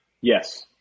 Yes